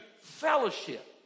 fellowship